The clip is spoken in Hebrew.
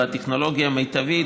בטכנולוגיה המיטבית,